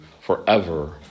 forever